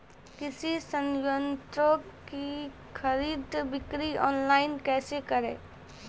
कृषि संयंत्रों की खरीद बिक्री ऑनलाइन कैसे करे?